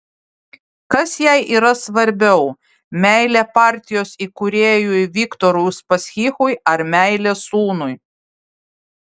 kas jai yra svarbiau meilė partijos įkūrėjui viktorui uspaskichui ar meilė sūnui